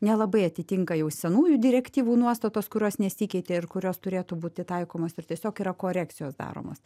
nelabai atitinka jau senųjų direktyvų nuostatos kurios nesikeitė ir kurios turėtų būti taikomos ir tiesiog yra korekcijos daromos